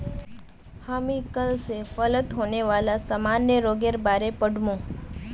हामी कल स फलत होने वाला सामान्य रोगेर बार पढ़ मु